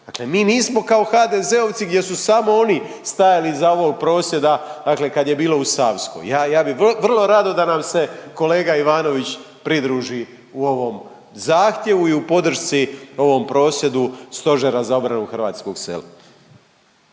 mi nismo kao HDZ-ovci gdje su samo oni stajali iza ovog prosvjeda, dakle kad je bilo u Savskoj. Ja bih vrlo rado da nam se kolega Ivanović pridruži u ovom zahtjevu i u podršci ovom prosvjedu Stožera za obranu hrvatskog sela.